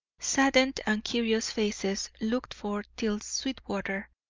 saddened and curious faces looked forth till sweetwater,